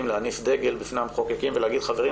להניף דגל בפני המחוקקים ולהגיד: חברים,